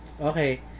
okay